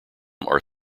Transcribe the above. are